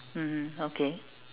mmhmm okay